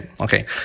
okay